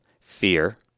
fear